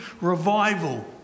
revival